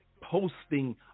posting